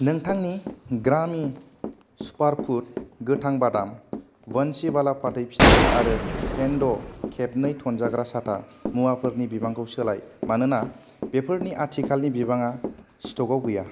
नोंथांनि ग्रामि सुपारफुड गोथां बादाम बन्सिवाला फाथै फिथा आरो फेन्द' खेबनै थनजाग्रा साथा मुवाफोरनि बिबांखौ सोलाय मानोना बेफोरनि आथिखालनि बिबाङा स्ट'कआव गैया